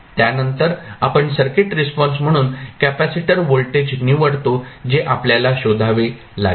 त्यानंतर आपण circuit response म्हणून कॅपेसिटर व्होल्टेज निवडतो जे आपल्याला शोधावे लागेल